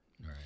Right